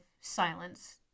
silence